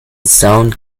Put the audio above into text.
sound